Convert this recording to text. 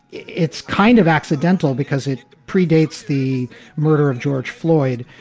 it's kind of accidental because it predates the murder of george floyd.